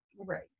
Right